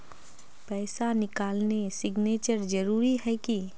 पैसा निकालने सिग्नेचर जरुरी है की?